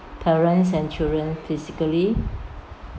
parents and children physically